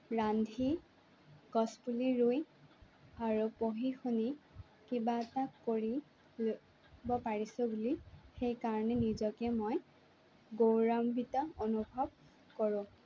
ৰান্ধি গছপুলি ৰুই আৰু পঢ়ি শুনি কিবা এটা কৰিব পাৰিছোঁ বুলি সেইকাৰণে নিজকে মই গৌৰৱাম্বিত বুলি অনুভৱ কৰোঁ